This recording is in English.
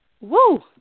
Woo